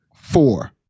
four